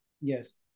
Yes